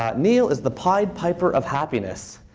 um neil is the pied piper of happiness.